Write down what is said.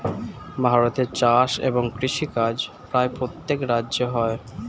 ভারতে চাষ এবং কৃষিকাজ প্রায় প্রত্যেক রাজ্যে হয়